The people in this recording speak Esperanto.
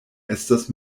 estas